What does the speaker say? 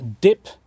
dip